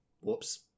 Whoops